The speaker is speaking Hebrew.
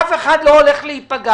אף אחד לא הולך להיפגע.